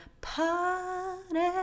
party